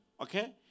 Okay